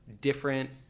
different